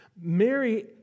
Mary